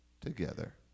together